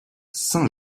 saint